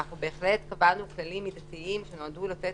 בהחלט קבענו כללים מידתיים שנועדו לתת